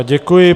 Děkuji.